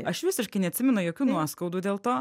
aš visiškai neatsimenu jokių nuoskaudų dėl to